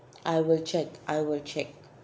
I will check I will check